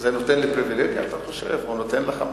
אתה חושב שזה נותן לי פריווילגיה או נותן לך משהו?